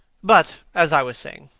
but, as i was saying,